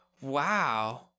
wow